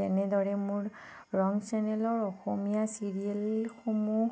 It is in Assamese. যেনেদৰে মোৰ ৰং চেনেলৰ অসমীয়া চিৰিয়েলসমূহ